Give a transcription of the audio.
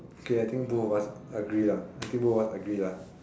K I think both of us agree lah I think both of us agree lah